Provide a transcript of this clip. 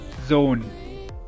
zone